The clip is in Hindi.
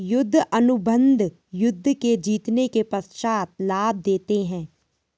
युद्ध अनुबंध युद्ध के जीतने के पश्चात लाभ देते हैं